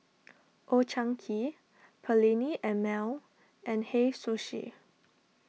Old Chang Kee Perllini and Mel and Hei Sushi